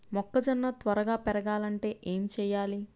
మొక్కజోన్న త్వరగా పెరగాలంటే ఏమి చెయ్యాలి?